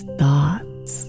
thoughts